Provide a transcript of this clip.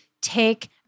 take